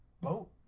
boat